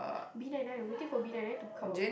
B nine nine waiting for B nine nine to come out